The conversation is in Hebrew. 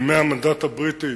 מימי המנדט הבריטי,